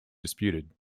disputed